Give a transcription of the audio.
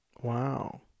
wow